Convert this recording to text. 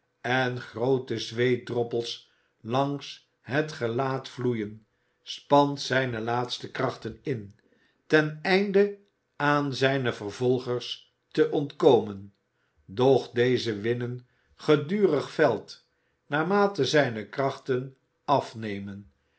en groote zweetdroppels langs het gelaat vloeien spant zijne laatste krachten in ten einde aan zijne vervolgers te ontkomen doch deze winnen gedurig veld naarmate zijne krachten afnemen